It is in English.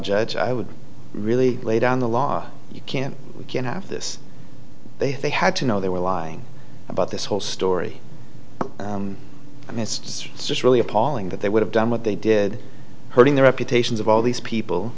judge i would really lay down the law you can't have this they had to know they were lying about this whole story i mean it's just it's just really appalling that they would have done what they did hurting the reputations of all these people